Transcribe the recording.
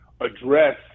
address